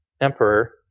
emperor